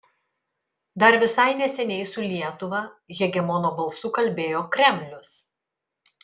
dar visai neseniai su lietuva hegemono balsu kalbėjo kremlius